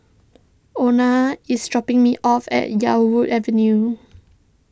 Ona is dropping me off at Yarwood Avenue